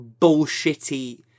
bullshitty